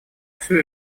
всю